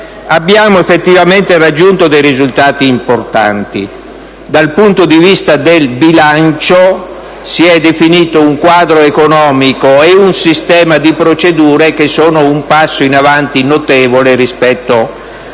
Abbiamo effettivamente raggiunto dei risultati importanti. Dal punto di vista del bilancio, si sono definiti un quadro economico e un sistema di procedure che sono un passo in avanti notevole rispetto alla